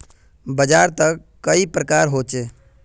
बाजार त कई प्रकार होचे?